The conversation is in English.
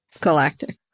Galactic